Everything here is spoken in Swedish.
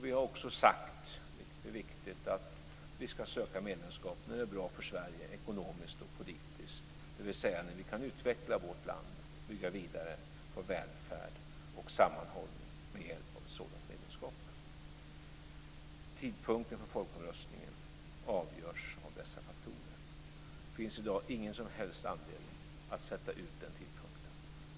Vi har också sagt, och det är viktigt, att vi ska söka medlemskap när det är bra för Sverige ekonomiskt och politiskt, dvs. när vi kan utveckla vårt land, bygga vidare på välfärd och sammanhållning med hjälp av ett sådant medlemskap. Tidpunkten för folkomröstningen avgörs av dessa faktorer. Det finns i dag ingen som helst anledning att sätta ut den tidpunkten.